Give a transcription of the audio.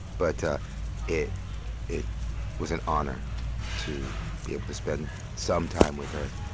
but it it was an honor to be able to spend some time with her,